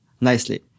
nicely